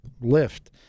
lift